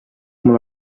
mul